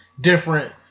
different